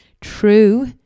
true